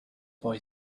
boy